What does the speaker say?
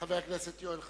חבר הכנסת יואל חסון,